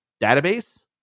database